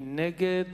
מי נגד?